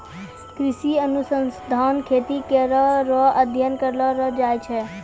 कृषि अनुसंधान खेती करै रो अध्ययन करलो जाय छै